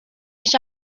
nicht